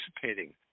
participating